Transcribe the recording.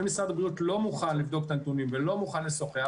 אם משרד הבריאות לא מוכן לבדוק את הנתונים ולא מוכן לשוחח,